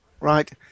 Right